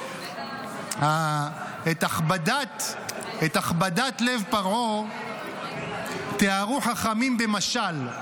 את הכבדת לב פרעה תיארו חכמים במשל,